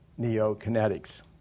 NeoKinetics